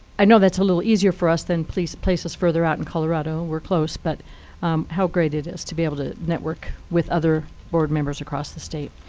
i know that's a little easier for us than places further out in colorado. we're close, but how great it is to be able to network with other board members across the state.